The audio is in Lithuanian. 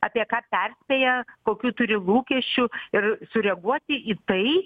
apie ką perspėja kokių turi lūkesčių ir sureaguoti į tai